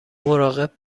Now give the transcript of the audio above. مراقب